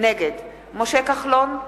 נגד משה כחלון,